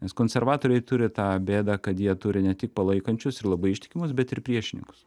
nes konservatoriai turi tą bėdą kad jie turi ne tik palaikančius ir labai ištikimus bet ir priešininkus